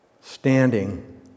standing